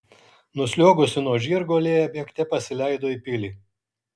nusliuogusi nuo žirgo lėja bėgte pasileido į pilį